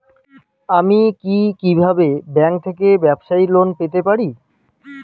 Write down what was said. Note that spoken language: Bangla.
আমি কি কিভাবে ব্যাংক থেকে ব্যবসায়ী লোন পেতে পারি?